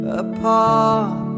apart